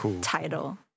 title